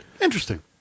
Interesting